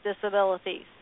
disabilities